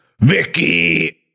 Vicky